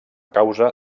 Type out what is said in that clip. causa